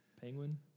Penguin